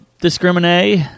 discriminate